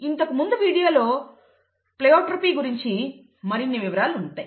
ఇంతకుముందు వీడియోలో ప్లైఓట్రోపీ గురించి మరిన్ని వివరాలు ఉంటాయి